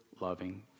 loving